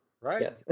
right